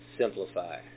Simplify